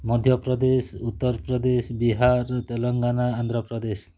ମଧ୍ୟ ପ୍ରଦେଶ ଉତ୍ତର ପ୍ରଦେଶ ବିହାର ତେଲେଙ୍ଗାନା ଆନ୍ଧ୍ର ପ୍ରଦେଶ